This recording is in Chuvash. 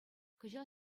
кӑҫал